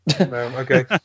Okay